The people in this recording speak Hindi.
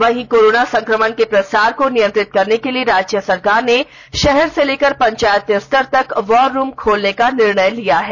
वहीं कोरोना संक्रमण के प्रसार को नियंत्रित करने के लिए राज्य सरकार ने शहर से लेकर पंचायत स्तर तक वॉर रूम खोलने का निर्णय लिया है